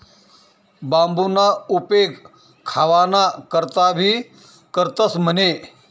बांबूना उपेग खावाना करता भी करतंस म्हणे